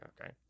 okay